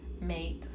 mate